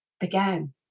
Again